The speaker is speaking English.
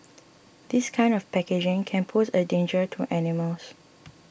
this kind of packaging can pose a danger to animals